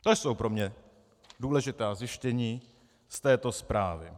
To jsou pro mě důležitá zjištění z této zprávy.